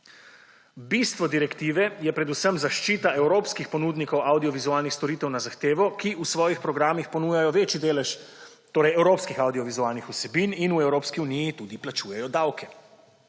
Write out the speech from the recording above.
Bistvo direktive je predvsem zaščita evropskih ponudnikov avdiovizualnih storitev na zahtevo, ki v svojih programih ponujajo večji delež evropskih avdiovizualnih vsebin in v Evropski uniji tudi plačujejo davke,